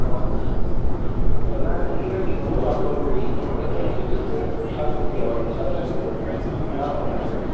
હં હં ના ના એ નથી કરવું આપણે ઓલું તમે વચ્ચેનું કીધું ને જે સાત રૂપિયાવાળી સાત રૂપિયાવાળી એ રાખો ને આપણે